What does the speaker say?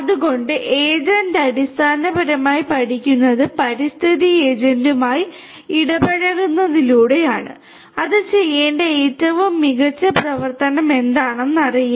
അതിനാൽ ഏജന്റ് അടിസ്ഥാനപരമായി പഠിക്കുന്നത് പരിസ്ഥിതി ഏജന്റുമായി ഇടപഴകുന്നതിലൂടെയാണ് അത് ചെയ്യേണ്ട ഏറ്റവും മികച്ച പ്രവർത്തനം എന്താണെന്ന് അറിയില്ല